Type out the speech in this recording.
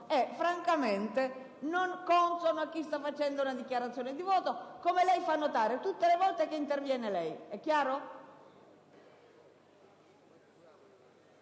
è francamente non consono a chi sta svolgendo una dichiarazione di voto, come lei fa notare tutte le volte che interviene.